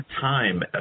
time